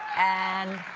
and